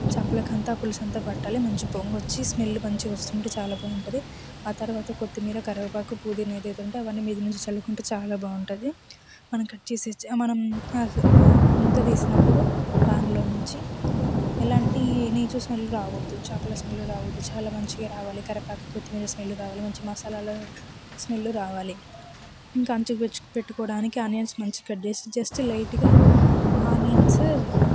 చేపలకంత పులుసు అంతా పట్టాలి మంచి పొంగు వచ్చి స్మెల్ మంచిగా వస్తుంటే చాలా బాగుంటది ఆ తర్వాత కొత్తిమీర కరివేపాకు పుదీనా ఏదైతే ఉంటాదో అవన్నీ మీద చల్లుకుంటే చాలా బాగుంటది మనం కట్ చేసే మనం మూత తీసినప్పుడు పాన్లో నుంచి ఎలాంటి నీస్ స్మైల్ రావద్దు చేపల స్మెల్ రావద్దు చాలా మంచిగా రావాలి కరివేపాకు కొత్తిమీర స్మెల్ రావాలి మంచి మసాలాలు స్మెల్ రావాలి ఇంకా అంచు పెట్టుకోవడానికి ఆనియన్స్ మంచిగా కట్ చేసి జస్ట్ లైట్గా ఆనియన్స్